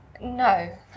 No